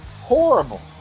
Horrible